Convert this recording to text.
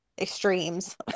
extremes